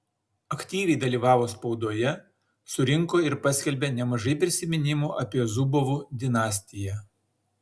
aktyviai dalyvavo spaudoje surinko ir paskelbė nemažai prisiminimų apie zubovų dinastiją